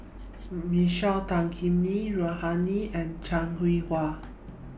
Michael Tan Kim Nei Rohani Din and Heng Cheng Hwa